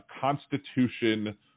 Constitution